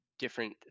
different